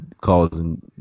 causing